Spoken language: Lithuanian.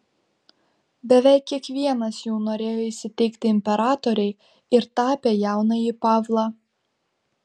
beveik kiekvienas jų norėjo įsiteikti imperatorei ir tapė jaunąjį pavlą